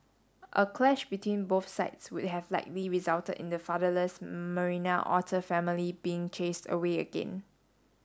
a clash between both sides would have likely resulted in the fatherless Marina otter family being chased away again